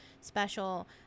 special